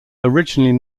originally